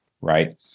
Right